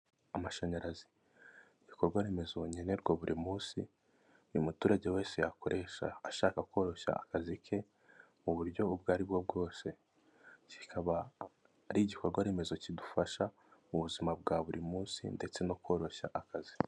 Amashanyarazi, ibikorwa remezo nkenerwa buri munsi buri muturage wese yakoresha ashaka koroshya akazi ke mu buryo ubwo aribwo bwose kikaba ari igikorwaremezo kidufasha mu buzima bwa buri munsi ndetse no koroshya akazi.